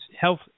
health